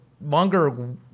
Munger